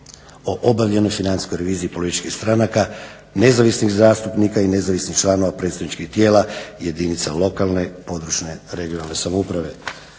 o obavljenoj financijskoj reviziji političkih stranaka, nezavisnih zastupnika i nezavisnih članova predstavničkih tijela jedinica lokalne, područne, regionalne samouprave.